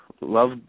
love